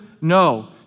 no